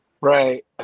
Right